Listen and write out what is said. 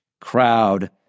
crowd